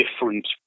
different